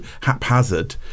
haphazard